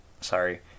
sorry